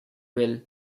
will